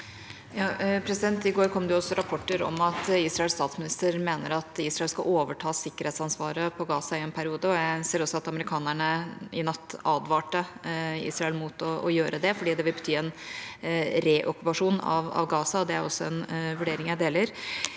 I går kom det rapporter om at Israels statsminister mener at Israel skal overta sikkerhetsansvaret på Gaza i en periode. Jeg ser også at amerikanerne i natt advarte Israel mot å gjøre det fordi det vil bety en reokkupasjon av Gaza. Det er en vurdering jeg deler.